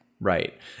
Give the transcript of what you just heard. Right